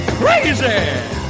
crazy